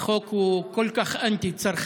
החוק הוא כל כך אנטי-צרכני,